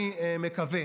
אני מקווה